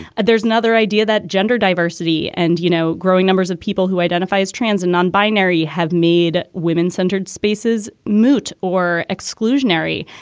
and there's another idea that gender diversity and, you know, growing numbers of people who identify as trans and non-binary have made women centered spaces moot or exclusionary.